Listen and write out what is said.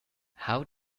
how